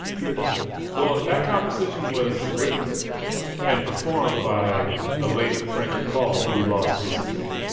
you know well, that composition was written and performed by the late frankie paul, who we lost recently